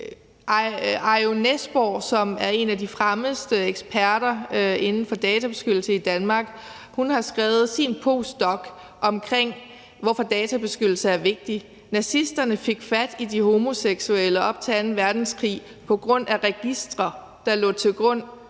Andersen, som er en af de fremmeste eksperter inden for databeskyttelse i Danmark, har skrevet sin postdoc om, hvorfor databeskyttelse er vigtigt. Nazisterne fik fat i de homoseksuelle op til anden verdenskrig på grund af registre, der lå til grund